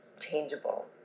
changeable